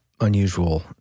unusual